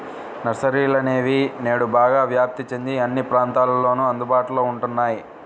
నర్సరీలనేవి నేడు బాగా వ్యాప్తి చెంది అన్ని ప్రాంతాలలోను అందుబాటులో ఉంటున్నాయి